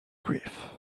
grief